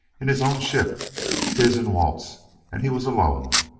in his own ship his and walt's and he was alone!